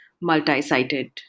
multi-sided